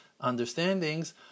understandings